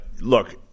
look